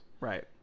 right